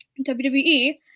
WWE